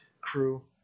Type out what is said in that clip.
crew